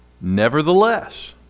Nevertheless